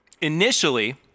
Initially